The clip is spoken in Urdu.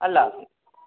اللہ حافظ